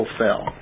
fell